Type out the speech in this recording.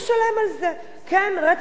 כן, רטרואקטיבית, מה קרה?